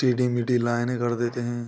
टेढ़ी मेढ़ी लाइने कर देते हैं